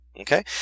okay